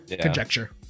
conjecture